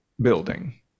building